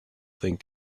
think